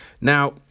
Now